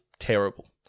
terrible